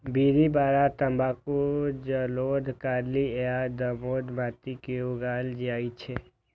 बीड़ी बला तंबाकू जलोढ़, कारी आ दोमट माटि मे उगायल जाइ छै